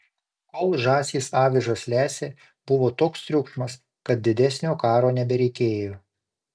kol žąsys avižas lesė buvo toks triukšmas kad didesnio karo nebereikėjo